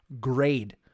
grade